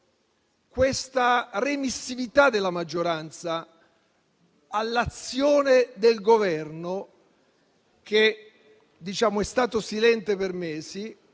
questa remissività della maggioranza all'azione del Governo, che è stato silente per mesi,